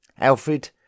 Alfred